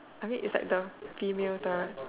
I mean is like the female toilet